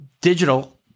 Digital